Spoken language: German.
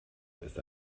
ist